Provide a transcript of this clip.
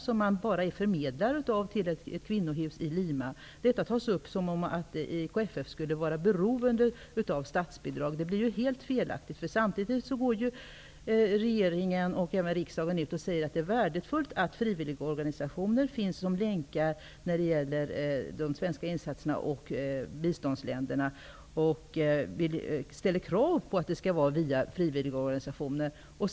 Förbundet är bara förmedlare av pengar till ett kvinnohus i Lima. Detta faktum tas upp som att EIKFF skulle vara beroende av statsbidrag. Det är helt felaktigt. Regering och riksdag säger dessutom samtidigt att det är värdefullt att frivilligorganisationer finns som länkar när det gäller de svenska insatserna i biståndsländer. Det ställs även krav på att insatserna sker via frivilligorganisationerna.